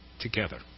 together